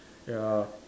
ya